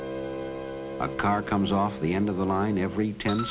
car comes off the end of the line every ten